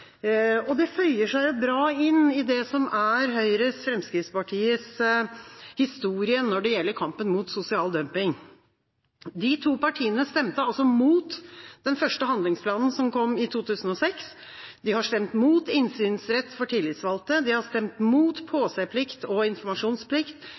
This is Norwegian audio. Det føyer seg bra inn i det som er Høyres og Fremskrittspartiets historie når det gjelder kampen mot sosial dumping. De to partiene stemte imot den første handlingsplanen, som kom i 2006. De har stemt imot innsynsrett for tillitsvalgte, de har stemt